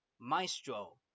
Maestro